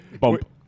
Bump